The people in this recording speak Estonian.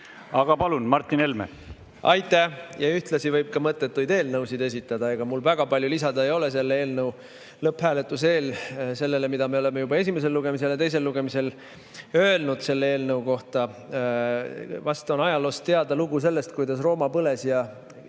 Aga palun, Martin Helme! Aitäh! Ühtlasi võib ka mõttetuid eelnõusid esitada. Ega mul väga palju lisada ei ole eelnõu lõpphääletuse eel sellele, mida me oleme juba esimesel lugemisel ja teisel lugemisel öelnud selle eelnõu kohta. Vast on ajaloost teada lugu sellest, kuidas Rooma põles ja